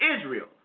Israel